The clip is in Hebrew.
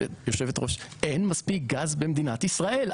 אין מספיק גז במדינת ישראל.